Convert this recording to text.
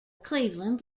cleveland